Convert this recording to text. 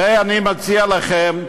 הרי אני מציע לכם,